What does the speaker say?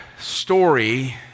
story